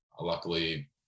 luckily